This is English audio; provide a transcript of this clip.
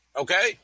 Okay